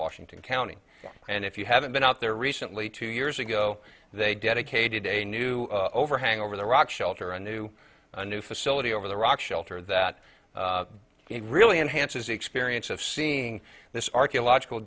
washington county and if you haven't been out there recently two years ago they dedicated a new overhang over the rock shelter a new a new facility over the rock shelter that really enhances the experience of seeing this archaeological